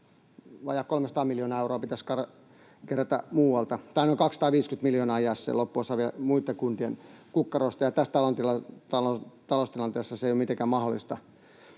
vajaat 300 miljoonaa euroa, pitäisi kerätä muualta — tai noin 250 miljoonaa jäisi loppuosaksi vielä muitten kuntien kukkarosta — ja tässä taloustilanteessa se ei ole mitenkään mahdollista.